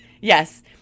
Yes